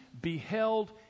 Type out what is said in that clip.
beheld